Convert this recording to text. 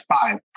five